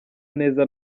neza